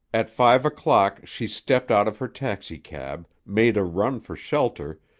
at five o'clock she stepped out of her taxicab, made a run for shelter,